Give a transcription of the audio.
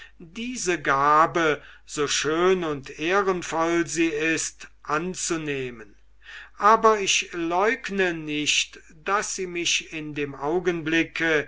diese gabe so schön und ehrenvoll sie ist anzunehmen aber ich leugne nicht daß sie mich in dem augenblicke